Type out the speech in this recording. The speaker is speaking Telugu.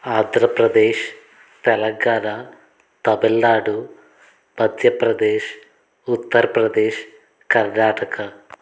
ఆంధ్రప్రదేశ్ తెలంగాణ తమిళనాడు మధ్యప్రదేశ్ ఉత్తర్ప్రదేశ్ కర్ణాటక